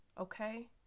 Okay